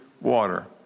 water